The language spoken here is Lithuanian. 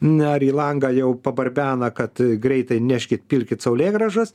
ar į langą jau pabarbena kad greitai neškit pirkit saulėgrąžas